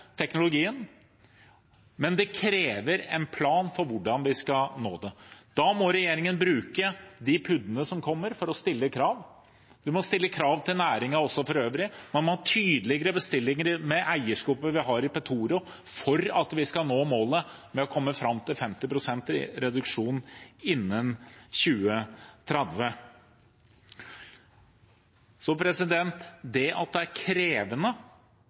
teknologien, men det krever en plan for hvordan vi skal nå det. Da må regjeringen bruke de PUD-ene som kommer, for å stille krav. Man må stille krav til næringen også for øvrig. Man må ha tydeligere bestillinger med eierskapet vi har i Petoro for at vi skal nå målet om å komme fram til 50 pst. reduksjon innen 2030. At det er krevende